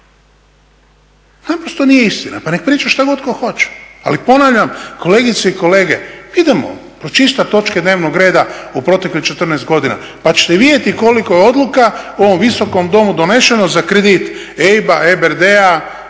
Naprosto nije istina, pa nek' priča šta god tko hoće. Ali ponavljam kolegice i kolege idemo pročistit točke dnevnog reda u proteklih 14 godina, pa ćete vidjeti koliko je odluka u ovom Visokom domu donešeno za kredit EIB-a, EBRD-a